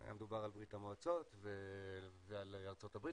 היה מדובר על ברית המועצות ועל ארצות הברית